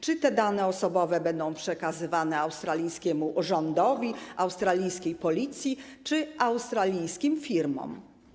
Czy te dane osobowe będą przekazywane australijskiemu rządowi, australijskiej policji czy australijskim firmom?